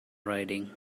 riding